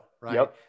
right